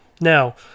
Now